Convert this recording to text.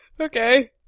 Okay